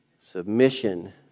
submission